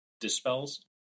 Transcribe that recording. dispels